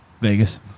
Vegas